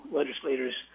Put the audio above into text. legislators